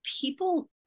people